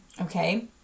Okay